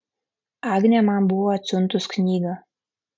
agnė man buvo atsiuntus knygą